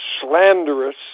slanderous